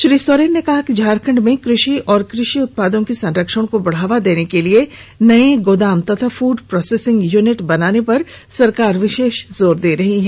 श्री सोरेन ने कहा कि झारखंड में कुषि और कुषि उत्पादों के संरक्षण और बढ़ावा देने के लिए नए गोदाम और फूड प्रोसेसिंग यूनिट बनाने पर सरकार विशेष जोर दे रही है